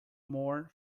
more